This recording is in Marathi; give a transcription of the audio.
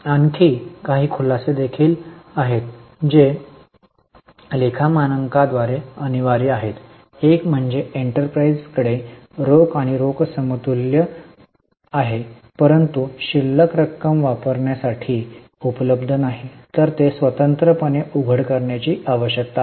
आणखी काही खुलासे देखील आहेत जे लेखा मानकांद्वारे अनिवार्य आहेत एक म्हणजे एंटरप्राइझकडे रोख आणि रोख समतुल्य आहे परंतु शिल्लक रक्कम वापरण्यासाठी उपलब्ध नाही तर ते स्वतंत्रपणे उघड करण्याची आवश्यकता आहे